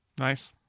nice